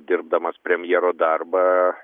dirbdamas premjero darbą